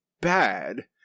bad